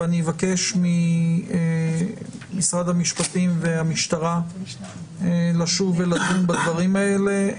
ואני אבקש ממשרד המשפטים ומהמשטרה לשוב ולדון בדברים האלה.